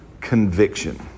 conviction